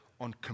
on